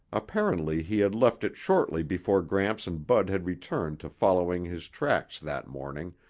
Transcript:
apparently he had left it shortly before gramps and bud had returned to following his tracks that morning,